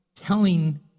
telling